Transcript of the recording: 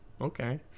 okay